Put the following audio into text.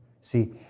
See